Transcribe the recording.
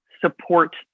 support